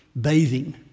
bathing